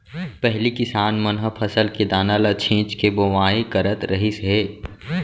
पहिली किसान मन ह फसल के दाना ल छिंच के बोवाई करत रहिस हे